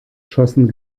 schossen